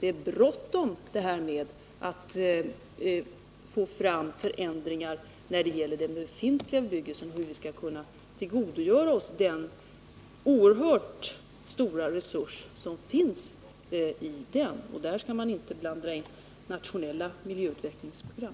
Det är bråttom med att få fram förändringar när det gäller den befintliga bebyggelsen. Vi måste veta hur vi skall kunna tillgodogöra oss den oerhört stora resurs som finns i denna bebyggelse, och där skall man inte blanda in nationella miljöutvecklingsprogram.